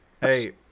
Hey